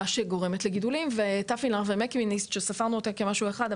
שגורמת לגידולים ו- -- שספרנו אותה כמשהו אחד,